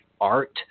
art